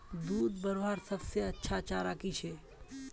दूध बढ़वार सबसे अच्छा चारा की छे?